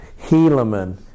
Helaman